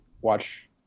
watch